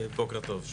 בוקר טוב,